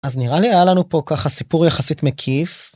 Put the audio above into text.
אז נראה לי היה לנו פה ככה סיפור יחסית מקיף.